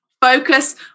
focus